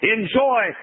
Enjoy